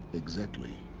exactly.